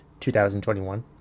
2021